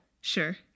sure